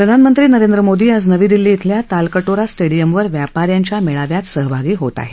प्रधानमंत्री नरेंद्र मोदी आज नवी दिल्ली शिल्या तालकटोरा स्टेडिअमवर व्यापाऱ्यांच्या मेळाव्यात सहभागी होणार आहेत